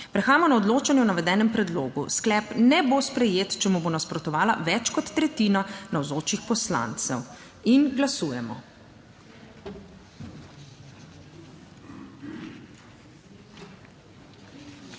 Prehajamo na odločanje o navedenem predlogu. Sklep ne bo sprejet, če mu bo nasprotovala več kot tretjina navzočih poslancev. Glasujemo.